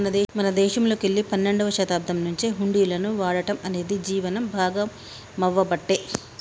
మన దేశంలోకెల్లి పన్నెండవ శతాబ్దం నుంచే హుండీలను వాడటం అనేది జీవనం భాగామవ్వబట్టే